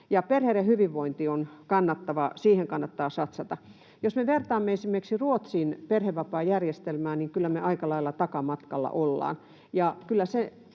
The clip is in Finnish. Perheiden hyvinvointi on kannattavaa. Siihen kannattaa satsata. Jos me vertaamme esimerkiksi Ruotsin perhevapaajärjestelmään, niin kyllä me aika lailla takamatkalla ollaan.